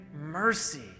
mercy